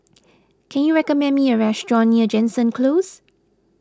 can you recommend me a restaurant near Jansen Close